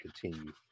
continue